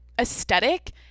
aesthetic